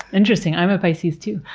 interesting. i'm a pisces too.